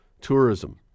tourism